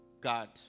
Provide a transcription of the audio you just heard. God